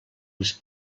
les